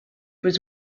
was